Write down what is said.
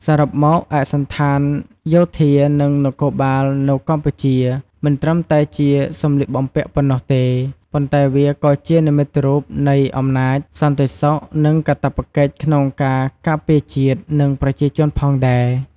សរុបមក ឯកសណ្ឋានយោធា និងនគរបាលនៅកម្ពុជា មិនត្រឹមតែជាសម្លៀកបំពាក់ប៉ុណ្ណោះទេ ប៉ុន្តែវាក៏ជានិមិត្តរូបនៃអំណាច សន្តិសុខ និងកាតព្វកិច្ចក្នុងការការពារជាតិ និងប្រជាជនផងដែរ។